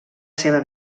seva